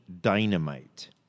Dynamite